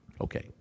Okay